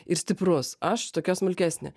ir stiprus aš tokia smulkesnė